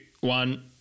one